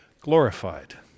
glorified